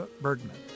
Bergman